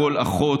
כל אחות,